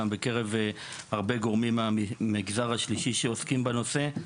גם בקרב הרבה גורמים מהמגזר השלישי שעוסקים בנושא.